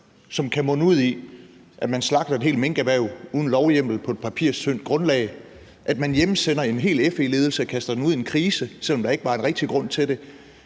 som kan munde ud i, at man slagter et helt minkerhverv uden lovhjemmel på et papirstyndt grundlag, at man hjemsender en hel FE-ledelse og kaster dem ud i en krise, selv om der ikke var en rigtig grund til det,